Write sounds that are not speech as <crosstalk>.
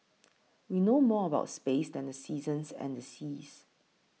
<noise> we know more about space than the seasons and the seas